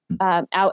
Out